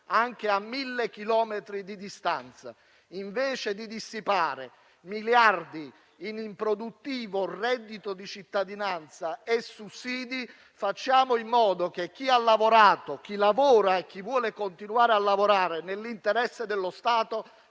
anche a 1.000 chilometri di distanza. Invece di dissipare miliardi in improduttivo reddito di cittadinanza e sussidi, facciamo in modo che chi ha lavorato, chi lavora e chi vuole continuare a lavorare nell'interesse dello Stato